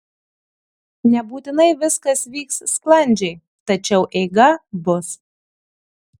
nebūtinai viskas vyks sklandžiai tačiau eiga bus